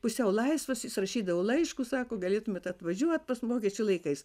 pusiau laisvas jis rašydavo laiškus sako galėtumėt atvažiuot pas vokiečių laikais